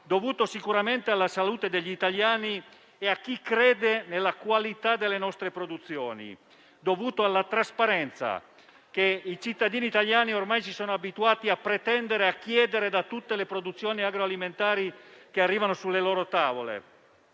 dovuto: sicuramente, alla salute degli italiani e a chi crede nella qualità delle nostre produzioni; alla trasparenza che i cittadini italiani ormai si sono abituati a pretendere da tutte le produzioni agroalimentari che arrivano sulle loro tavole;